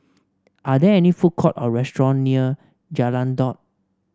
are there any food courts or restaurants near Jalan Daud